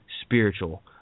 spiritual